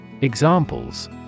Examples